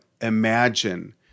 Imagine